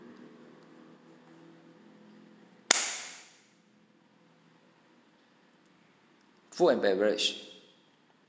food and beverage